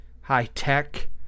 high-tech